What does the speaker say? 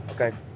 Okay